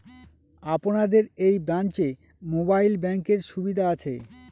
আপনাদের এই ব্রাঞ্চে মোবাইল ব্যাংকের সুবিধে আছে?